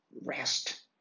rest